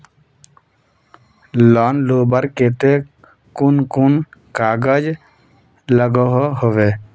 Loan लुबार केते कुन कुन कागज लागोहो होबे?